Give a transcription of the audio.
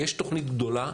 יש תוכנית גדולה